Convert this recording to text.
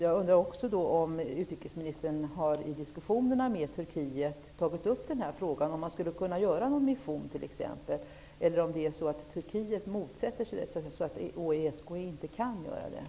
Jag undrar också om utrikesministern i diskussionerna med representanter för Turkiet t.ex. har tagit upp frågan om en mission. Eller är det så att Turkiet motsätter sig tanken och att ESK därför inte kan göra något?